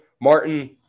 martin